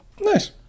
Nice